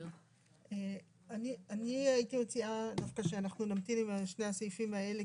אני הייתי מציעה דווקא שאנחנו נמתין עם שני הסעיפים האלה,